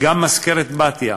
אז נפתרה הבעיה.